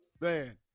Man